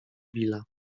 billa